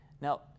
Now